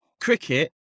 cricket